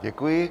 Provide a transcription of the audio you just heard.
Děkuji.